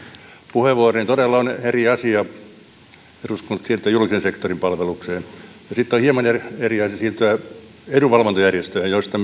puheenvuoroni todella on eri asia eduskunnasta siirto julkisen sektorin palvelukseen sitten on hieman eri asia siirtyä edunvalvontajärjestöihin joista